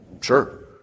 Sure